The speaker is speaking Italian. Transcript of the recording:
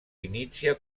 inizia